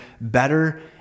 better